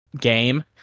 game